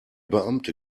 beamte